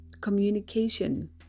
communication